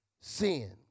sin